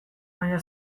baina